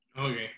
Okay